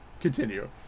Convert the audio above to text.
continue